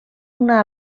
una